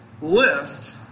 list